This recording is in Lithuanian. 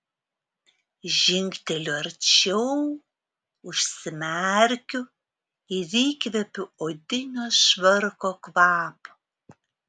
žingteliu arčiau užsimerkiu ir įkvepiu odinio švarko kvapo